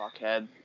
Fuckhead